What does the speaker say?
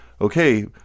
okay